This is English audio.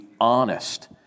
honest